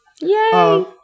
Yay